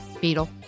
Beetle